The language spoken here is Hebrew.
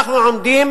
אנחנו עומדים